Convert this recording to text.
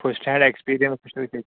first hand experience وُچھُو تٔتۍتھٕے